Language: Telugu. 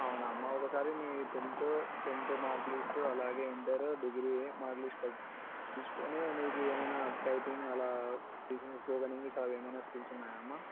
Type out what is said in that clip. అవునామ్మా ఒకసారి నీ టెంతు టెంతు మార్క్ లిస్టు అలాగే ఇంటరు డిగ్రీ మార్క్ లిస్ట్ పట్ తీసుకొని నీకేమైనా టైపింగ్ అలా స్పీకింగ్ స్పోకెన్ ఇంగ్లీష్ అలా ఏమైనా స్కిల్స్ ఉన్నాయా అమ్మ